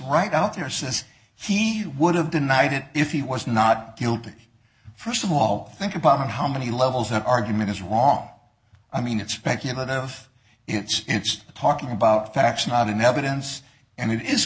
right out there says he would have denied it if he was not guilty first of all think about how many levels that argument is wrong i mean it's speculative it's talking about facts not in evidence and it is